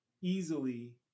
easily